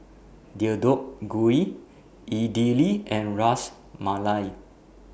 Deodeok Gui Idili and Ras Malai